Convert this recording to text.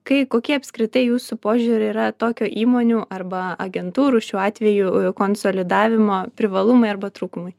kai kokie apskritai jūsų požiūriu yra tokio įmonių arba agentūrų šiuo atveju konsolidavimo privalumai arba trūkumai